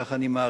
כך אני מעריך.